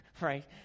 right